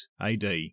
AD